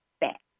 back